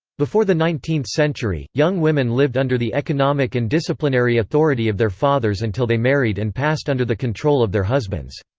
before the nineteenth century, young women lived under the economic and disciplinary authority of their fathers until they married and passed under the control of their husbands.